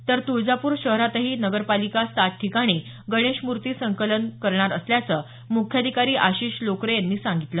तर तुळजापूर शहरातही नगरपालिका सात ठिकाणी गणेश मूर्ती संकलन करणार असल्याच मुख्याधिकारी आशिष लोकरे यांनी सांगितलं